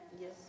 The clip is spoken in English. Yes